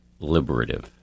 liberative